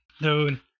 Dude